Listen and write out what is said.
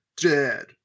dead